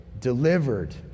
delivered